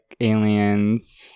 aliens